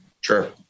Sure